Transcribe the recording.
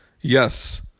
yes